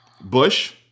Bush